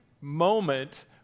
moment